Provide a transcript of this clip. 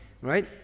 right